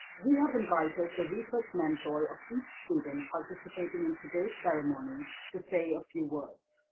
we have invited the research mentor of each student participating in today's ceremony to say a few words.